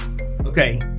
Okay